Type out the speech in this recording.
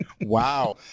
Wow